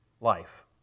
life